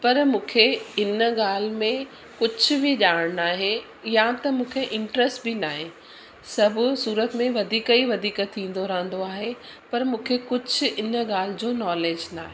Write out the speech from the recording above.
पर मूंखे इन ॻाल्हि में कुझु बि जाण नाहे या त मूंखे इंट्रस्ट बि नाहे सभु सूरत में वधीक ई वधीक थींदो रहंदो आहे पर मूंखे कुझु इन ॻाल्हि जो नॉलेज नाहे